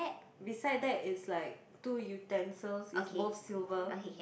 beside that is like two utensils is both silver